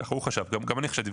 ככה הוא חשב וגם אני חשבתי,